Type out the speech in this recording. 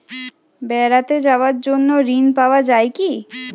বেড়াতে যাওয়ার জন্য ঋণ পাওয়া যায় কি?